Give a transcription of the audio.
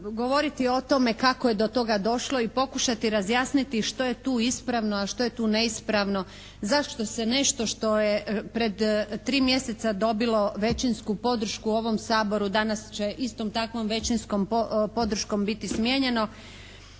govoriti o tome kako je do toga došlo i pokušati razjasniti što je tu ispravno, a što je tu neispravno, zašto se nešto što je pred tri mjeseca dobilo većinsku podršku u ovom Saboru, danas će istom takvom većinskom podrškom biti smijenjeno,